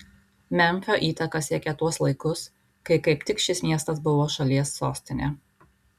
memfio įtaka siekė tuos laikus kai kaip tik šis miestas buvo šalies sostinė